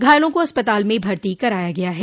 घायलों को अस्पताल में भर्ती कराया गया है